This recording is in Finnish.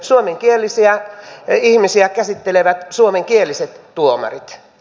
suomenkielisiä ihmisiä käsittelevät suomenkieliset tuomarit